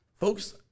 Folks